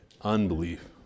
unbelief